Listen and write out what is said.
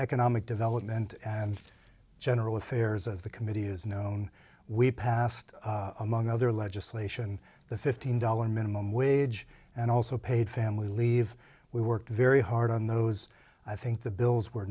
economic development and general affairs as the committee is known we passed among other legislation the fifteen dollar minimum wage and also paid family leave we worked very hard on those i think the bills were